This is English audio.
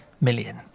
million